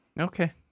Okay